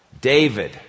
David